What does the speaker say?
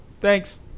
Thanks